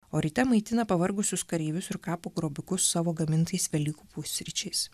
o ryte maitina pavargusius kareivius ir kapo grobikus savo gamintais velykų pusryčiais